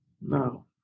no